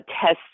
tests